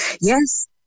Yes